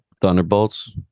Thunderbolts